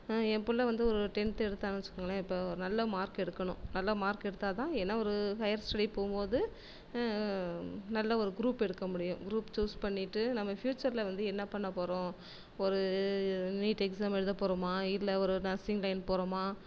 என் பிள்ள வந்து ஒரு டென்த்து எடுத்தான்னு வச்சுக்கோங்களேன் இப்போ ஒரு நல்ல மார்க் எடுக்கணும் நல்ல மார்க் எடுத்தால் தான் ஏன்னால் ஒரு ஹயர் ஸ்டடி போகும் போது நல்ல ஒரு குரூப் எடுக்க முடியும் குரூப் சூஸ் பண்ணிட்டு நம்ம பியூச்சரில் வந்து என்ன பண்ண போகிறோம் ஒரு நீட் எக்ஸாம் எழுத போகிறோமா இல்லை ஒரு நர்சிங் லைன் போகிறோமா